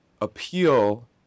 appeal